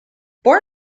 born